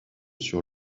sur